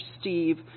Steve